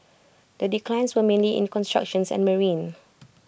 the declines were mainly in construction and marine